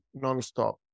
nonstop